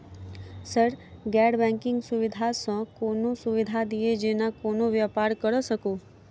Sir गैर banking सुविधा सँ कोनों सुविधा दिए जेना कोनो व्यापार करऽ सकु?